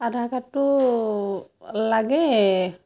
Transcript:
আধাৰ কাৰ্ডটো লাগে